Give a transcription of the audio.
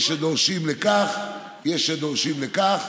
יש שדורשים כך, יש שדורשים כך.